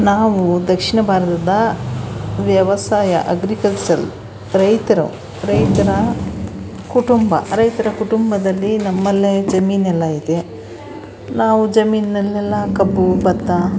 ನಾವು ದಕ್ಷಿಣ ಭಾರತದ ವ್ಯವಸಾಯ ಅಗ್ರಿಕಲ್ಚರಲ್ ರೈತರು ರೈತರ ಕುಟುಂಬ ರೈತರ ಕುಟುಂಬದಲ್ಲಿ ನಮ್ಮಲ್ಲೇ ಜಮೀನು ಎಲ್ಲ ಇದೆ ನಾವು ಜಮೀನ್ನಲ್ಲೆಲ್ಲ ಕಬ್ಬು ಭತ್ತ